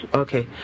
okay